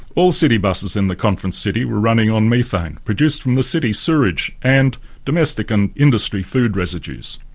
all city buses in the conference city were running on methane, produced from the city sewage and domestic and industry food residues.